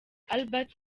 albert